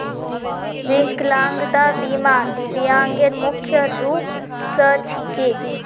विकलांगता बीमा दिव्यांगेर मुख्य रूप स छिके